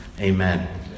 Amen